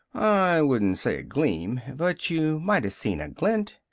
i wouldn't say a gleam. but you mighta seen a glint.